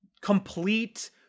Complete